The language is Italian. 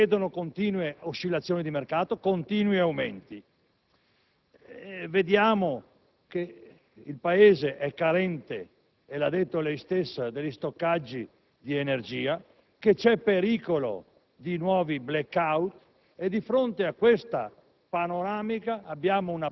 soggette a continue oscillazioni di mercato, a continui aumenti. Notiamo che il Paese è carente (l'ha detto lei stesso) negli stoccaggi di energia, che c'è il pericolo di nuovi *blackout* e di fronte a questa